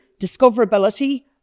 discoverability